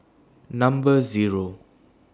Number Zero